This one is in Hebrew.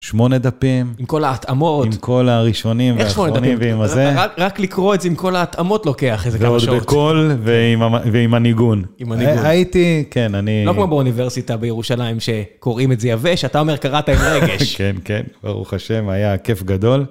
שמונה דפים. עם כל ההטעמות. עם כל הראשונים והאחרונים, איך שמונה דפים? ועם הזה. רק לקרוא את זה עם כל ההטעמות לוקח איזה כמה שעות. ועוד בקול, ועם הניגון. עם הניגון. הייתי, כן, אני... לא כמו באוניברסיטה בירושלים שקוראים את זה יבש, אתה אומר קראת עם רגש. כן, כן, ברוך השם, היה כיף גדול.